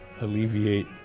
alleviate